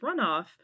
runoff